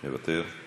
מוותר,